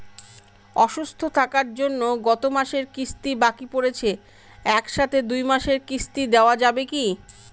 অসুস্থ থাকার জন্য গত মাসের কিস্তি বাকি পরেছে এক সাথে দুই মাসের কিস্তি দেওয়া যাবে কি?